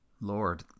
Lord